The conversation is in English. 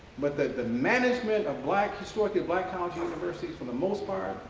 but the the management of black historic and black college universities for the most part,